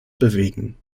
bewegen